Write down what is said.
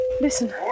Listen